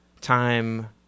time